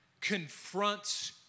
confronts